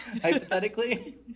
hypothetically